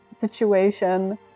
situation